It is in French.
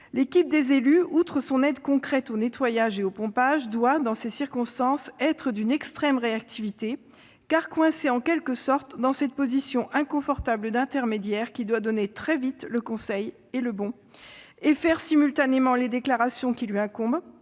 L'équipe des élus, outre son aide concrète au nettoyage et au pompage, doit dans ces circonstances faire preuve d'une extrême réactivité, car elle est coincée en quelque sorte dans cette position inconfortable d'intermédiaire qui doit donner très vite le conseil- et le bon ! -et faire simultanément les déclarations qui lui incombent